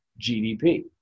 GDP